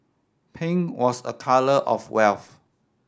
pink was a colour of wealth